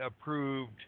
approved